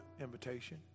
invitation